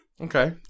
Okay